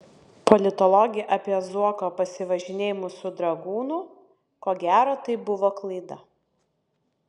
politologė apie zuoko pasivažinėjimus su dragūnu ko gero tai buvo klaida